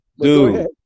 dude